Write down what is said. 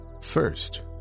first